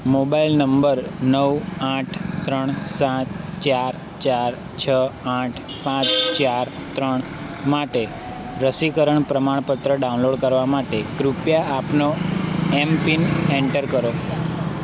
mobile number નવ આઠ ત્રણ સાત ચાર ચાર છ આઠ પાંચ ચાર ત્રણ માટે રસીકરણ પ્રમાણપત્ર ડાઉનલોડ કરવા માટે કૃપયા આપનો એમપિન એન્ટર કરો